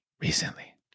recently